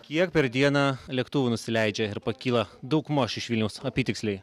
kiek per dieną lėktuvų nusileidžia ir pakyla daugmaž iš vilniaus apytiksliai